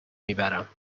میبرم